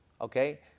Okay